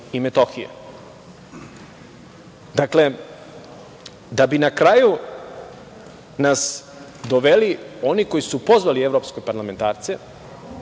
i Metohije. Dakle, da bi na kraju nas doveli oni koji su pozvali evropske parlamentarce